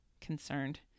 concerned